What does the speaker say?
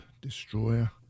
Destroyer